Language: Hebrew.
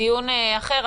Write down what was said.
דיון אחר.